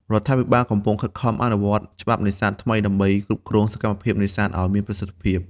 រដ្ឋាភិបាលកំពុងខិតខំអនុវត្ត ច្បាប់នេសាទ ថ្មីដើម្បីគ្រប់គ្រងសកម្មភាពនេសាទឱ្យមានប្រសិទ្ធភាព។